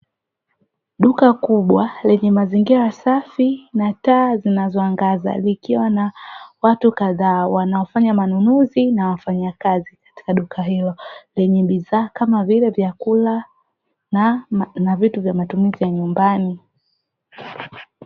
Duka kubwa lenye mazingira safi na taa zinazoangaza, zikiwa na watu kadhaa wanaofanya manunuzi na wafanyakazi katika duka hilo, lenye bidhaa kama vile vyakula na vitu vya vya matumizi ya nyumbani.